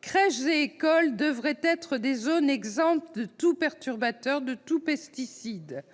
crèches et écoles devraient être des zones exemptes de tout perturbateur et de tout pesticide,